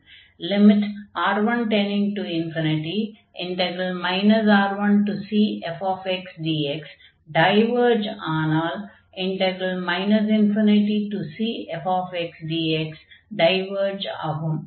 R1 R1cfxdx diverge ஆனால் ∞cfxdx diverge ஆகும்